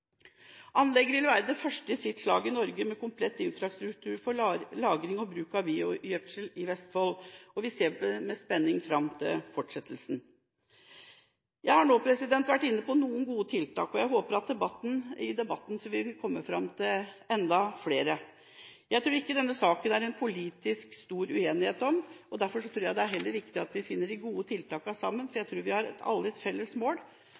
Anlegget vil være det første i sitt slag i Norge med komplett infrastruktur for lagring og bruk av biogjødsel i Vestfold. Vi ser med spenning fram til fortsettelsen. Jeg har nå vært inne på noen gode tiltak, og jeg håper at vi i debatten vil komme fram til enda flere. Jeg tror ikke det er stor politisk uenighet om denne saken. Derfor tror jeg heller det er viktig at vi finner de gode tiltakene sammen, for jeg tror vi alle har et felles mål